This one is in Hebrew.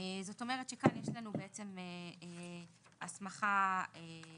זאת אומרת שכאן יש לנו הסמכה דומה